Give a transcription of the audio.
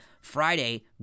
Friday